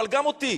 אבל גם אותי.